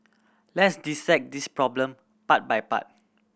let's dissect this problem part by part